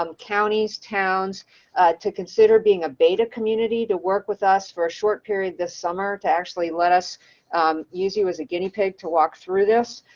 um counties, towns to consider being a beta community to work with us for a short period this summer. to actually let us use it as a guinea pig to walk through this.